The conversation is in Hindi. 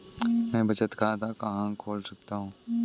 मैं बचत खाता कहाँ खोल सकता हूँ?